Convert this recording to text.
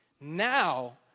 now